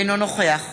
אינו נוכח